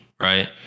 right